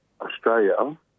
Australia